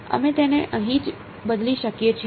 અમે તેને અહીં જ બદલી શકીએ છીએ